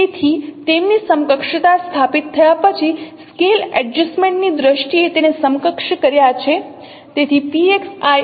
તેથી તેમની સમકક્ષતા સ્થાપિત થયા પછી સ્કેલ એડજસ્ટમેન્ટ ની દ્રષ્ટિએ તેને સમકક્ષ કર્યા છે